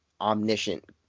omniscient